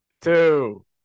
two